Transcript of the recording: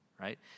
right